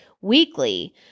weekly